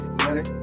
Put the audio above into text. money